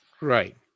Right